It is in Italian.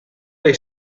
dai